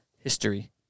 history